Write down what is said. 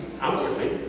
outwardly